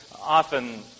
often